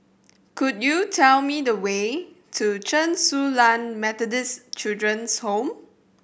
could you tell me the way to Chen Su Lan Methodist Children's Home